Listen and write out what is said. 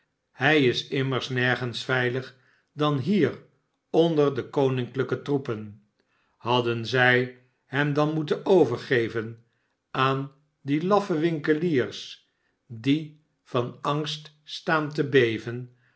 hij is immers nergens veiiig dan hier onder dekoninklijketroepen hadden zij hem dan moeten overgeven aan die laffe winkeliers die van angst staan te beven